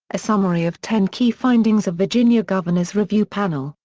a summary of ten key findings of virginia governor's review panel,